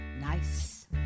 Nice